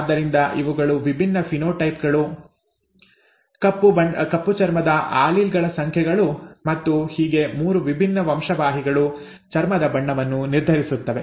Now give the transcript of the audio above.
ಆದ್ದರಿಂದ ಇವುಗಳು ವಿವಿಧ ಫಿನೋಟೈಪ್ ಗಳು ಕಪ್ಪು ಚರ್ಮದ ಆಲೀಲ್ ಗಳ ಸಂಖ್ಯೆಗಳು ಮತ್ತು ಹೀಗೆ 3 ವಿಭಿನ್ನ ವಂಶವಾಹಿಗಳು ಚರ್ಮದ ಬಣ್ಣವನ್ನು ನಿರ್ಧರಿಸುತ್ತವೆ